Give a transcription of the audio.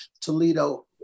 Toledo